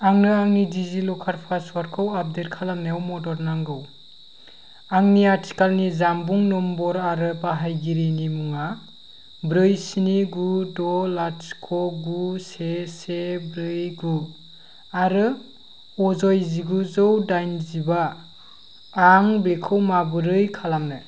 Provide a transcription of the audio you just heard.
आंनो आंनि डिजिलकार पासवर्डखौ आपडेट खालामनायाव मदद नांगौ आंनि आथिखालनि जानबुं नम्बर आरो बाहायगिरिनि मुङा ब्रै स्नि गु द लाथिख गु से से ब्रै गु आरो अजय जिगुजौ दाइजिबा आं बेखौ माबोरै खालामनो